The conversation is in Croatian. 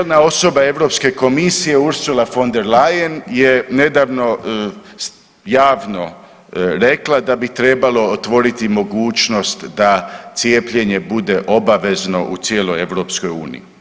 Čelna osoba Europske komisije Ursula von der Leyen je nedavno javno rekla da bi trebalo otvoriti mogućnost da cijepljenje bude obavezno u cijeloj EU.